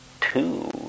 Two